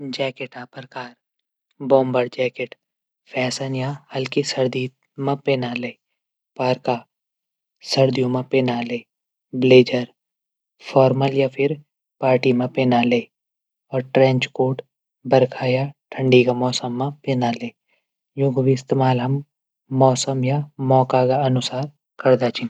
जैकेट प्रकार bomber jacket. Fashion या हल्की सर्दी मा पैना ले। पाइपा सर्दियों मा पहण ले। ग्लेजर फाॉरमल या पार्टी मा पहण लेक। और ट्रैंज कोट बरखा या ठंडी मौसम। पहण लेक। यूंक भी इस्तेमाल हम मौसम या मौका अनुसार पैरदा छन।